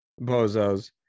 bozos